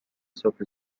صبح